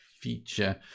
feature